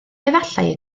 efallai